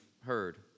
heard